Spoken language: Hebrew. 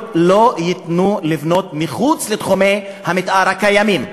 לא ייתנו לבנות מחוץ לתחומי המתאר הקיימים,